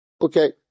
Okay